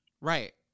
right